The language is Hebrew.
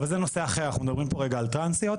אבל זה נושא אחר אנחנו מדברים עכשיו על טרנסיות.